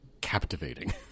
captivating